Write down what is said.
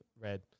Red